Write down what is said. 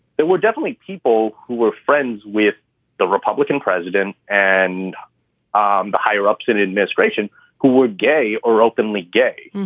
there were definitely people who were friends with the republican president and um the higher ups in administration who were gay or openly gay.